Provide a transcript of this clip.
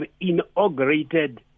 inaugurated